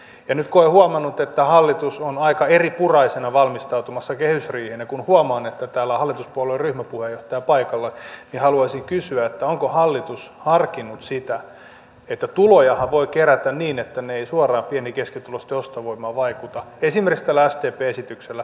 nyt kun olen huomannut että hallitus on aika eripuraisena valmistautumassa kehysriiheen ja kun huomaan että täällä on hallituspuolueen ryhmäpuheenjohtaja paikalla haluaisin kysyä onko hallitus harkinnut sitä että tulojahan voi kerätä niin etteivät ne suoraan pieni ja keskituloisten ostovoimaan vaikuta esimerkiksi tällä sdpn esityksellä